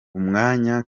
umwanya